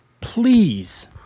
please